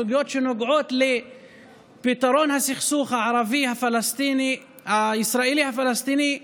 סוגיות שנוגעות לפתרון הסכסוך הישראלי פלסטיני,